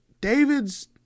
David's